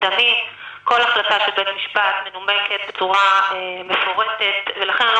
כל החלטה של בית משפט מנומקת בצורה מפורטת ולכן אני לא